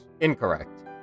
incorrect